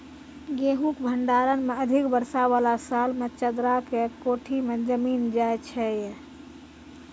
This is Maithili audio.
गेहूँ के भंडारण मे अधिक वर्षा वाला साल मे चदरा के कोठी मे जमीन जाय छैय?